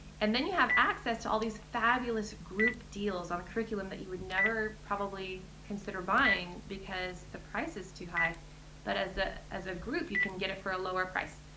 and then you have access to all these fabulous group deals on a curriculum that you would never probably consider buying because the price is too high but as ah a ah group you can get it for a lower price.